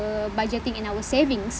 budgeting and our savings